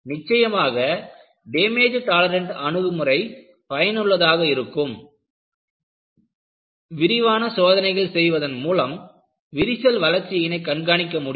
நிச்சயமாக damage tolerant அணுகு முறை பயனுள்ளதாக இருக்கும் விரிவான சோதனைகள் செய்வதன் மூலம் விரிசல் வளர்ச்சியினை கண்காணிக்க முடியும்